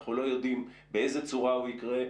אנחנו לא יודעים באיזו צורה הוא יקרה.